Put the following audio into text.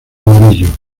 amarillo